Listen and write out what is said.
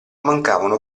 mancavano